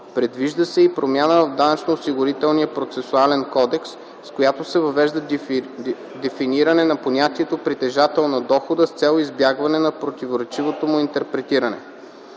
Предвижда се и промяна в Данъчно-осигурителния процесуален кодекс, с която се въвежда дефиниране на понятието „притежател на дохода” с цел избягване на противоречивото му интерпретиране.